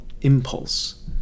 impulse